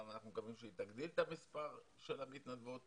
אנחנו מקווים שהיא גם תגדיל את המספר של המתנדבות,